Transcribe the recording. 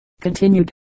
continued